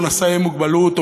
או נשאי מוגבלות,